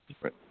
Right